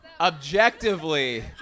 Objectively